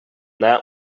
that